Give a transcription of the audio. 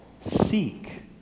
Seek